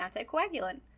anticoagulant